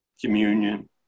communion